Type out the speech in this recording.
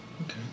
Okay